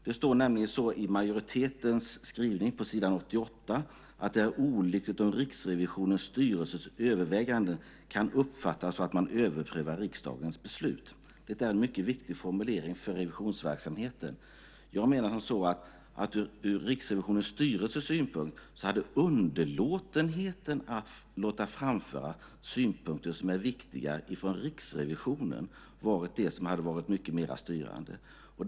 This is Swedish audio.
Det står nämligen i majoritetens skrivning på s. 88 att "det är olyckligt om Riksrevisionens styrelses överväganden kan uppfattas så att man överprövar riksdagens beslut". Det är en mycket viktig formulering för revisionsverksamheten. Jag menar att ur Riksrevisionens styrelses synpunkt hade underlåtenheten att låta framföra synpunkter som är viktiga från Riksrevisionen varit mycket mer styrande.